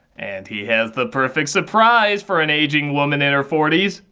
and he has the perfect surprise for an aging woman in her forties.